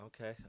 okay